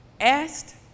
Asked